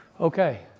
Okay